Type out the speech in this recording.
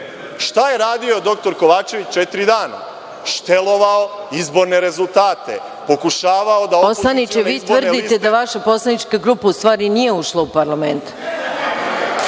Šta je radio dr Kovačević četiri dana? Štelovao izborne rezultate, pokušavao da … **Maja Gojković** Poslaniče, vi tvrdite da vaša poslanička grupa u stvari nije ušla u parlament.